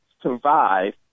survive